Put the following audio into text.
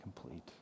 complete